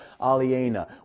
aliena